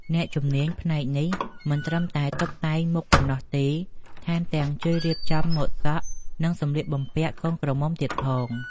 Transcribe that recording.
អ្នកជំនាញផ្នែកនេះមិនត្រឹមតែតុបតែងមុខប៉ុណ្ណោះទេ ថែមទាំងជួយរៀបចំម៉ូដសក់ និងសម្លៀកបំពាក់កូនក្រមុំទៀតផង។